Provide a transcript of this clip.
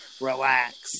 relax